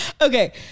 okay